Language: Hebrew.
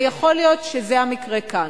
ויכול להיות שזה המקרה כאן.